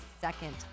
second